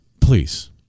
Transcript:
Please